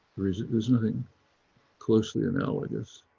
there is is nothing closely analogous.